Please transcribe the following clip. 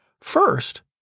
First